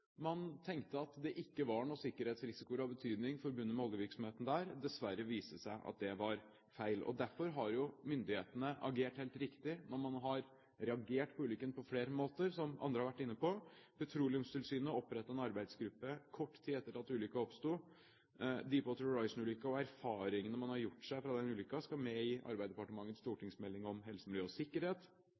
Man tenkte at det ikke var noen sikkerhetsrisiko av betydning forbundet med oljevirksomheten der. Dessverre viste det seg at det var feil. Derfor har jo myndighetene på flere måter agert helt riktig når man har reagert på ulykken, som andre har vært inne på: Petroleumstilsynet opprettet en arbeidsgruppe kort tid etter at ulykken oppsto, «Deepwater Horizon»-ulykken og erfaringene man har gjort seg etter den ulykken, skal med i Arbeidsdepartementets stortingsmelding om helse, miljø og sikkerhet,